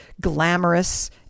glamorous